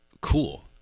cool